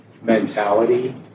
mentality